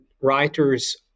writers